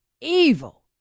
evil